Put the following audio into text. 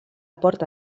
porta